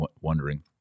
wondering